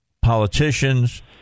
politicians